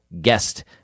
guest